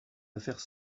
affaires